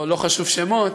או לא חשוב שמות,